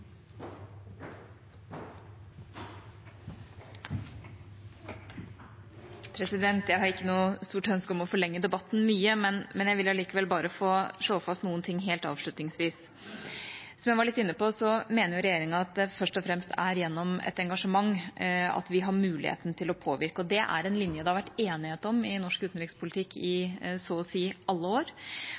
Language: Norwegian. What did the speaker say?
annleis. Jeg har ikke noe stort ønske om å forlenge debatten mye, men jeg vil allikevel bare få slå fast noen ting helt avslutningsvis. Som jeg var litt inne på, mener regjeringa at det først og fremst er gjennom et engasjement at vi har muligheten til å påvirke. Det er en linje det har vært enighet om i norsk utenrikspolitikk i så å si alle år,